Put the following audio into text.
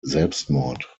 selbstmord